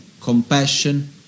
compassion